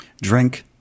Drink